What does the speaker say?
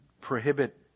prohibit